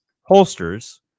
holsters